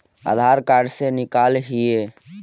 आधार card से निकाल हिऐ?